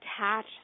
attach